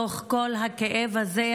בתוך כל הכאב הזה,